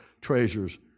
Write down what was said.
treasures